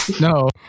No